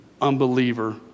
unbeliever